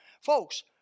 Folks